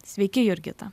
sveiki jurgita